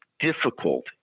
difficult